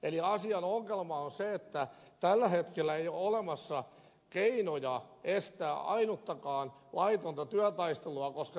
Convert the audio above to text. asian ongelma on se että tällä hetkellä ei ole olemassa keinoja estää ainuttakaan laitonta työtaistelua koska nämä lakkosakot ovat niin pienet